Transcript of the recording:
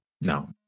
No